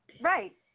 Right